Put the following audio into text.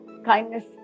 Kindness